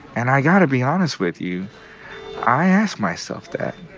and i got to be honest with you i ask myself that.